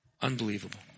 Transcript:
Unbelievable